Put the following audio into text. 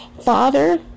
Father